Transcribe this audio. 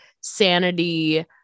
sanity